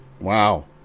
Wow